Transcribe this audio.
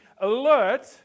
alert